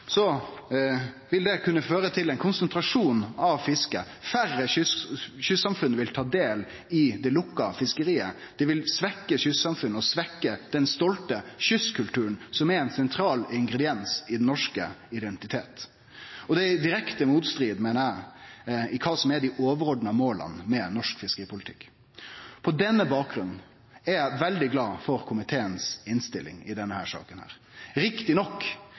vil det kunne føre til ein konsentrasjon av fisket, færre kystsamfunn vil ta del i det lukka fiskeriet, det vil svekkje kystsamfunn og svekkje den stolte kystkulturen som er ein sentral ingrediens i den norske identiteten. Det meiner eg er i direkte motstrid med kva som er dei overordna måla med norsk fiskeripolitikk. På denne bakgrunn er eg veldig glad for komiteens innstilling i denne saka. Riktig nok